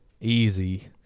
easy